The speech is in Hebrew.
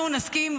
אנחנו נסכים,